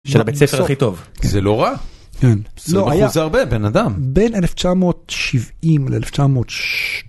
של הבית ספר הכי טוב, זה לא רע, כן, לא היה. זה הרבה בן אדם בין 1970 ל1972.